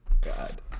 God